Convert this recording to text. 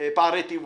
פערי תיווך.